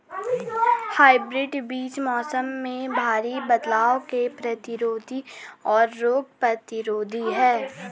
hybrid बीज मौसम में भारी बदलाव के प्रतिरोधी और रोग प्रतिरोधी हैं